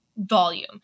volume